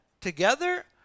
together